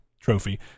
trophy